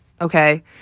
Okay